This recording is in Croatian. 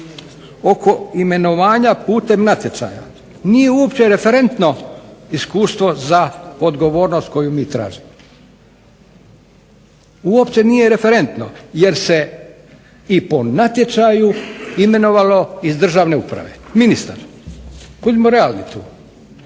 oko imenovanja putem natječaja nije uopće referentno iskustvo za odgovornost koju mi tražimo, uopće nije referentno jer se i po natječaju imenovalo iz državne uprave. Ministar, budimo realni tu.